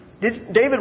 David